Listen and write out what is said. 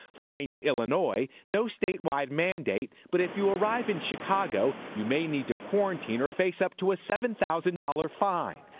flying to illinois, no statewide mandate but if you arrive in chicago you may need to quarantine or face up to a seven thousand dollars fine.